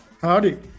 Howdy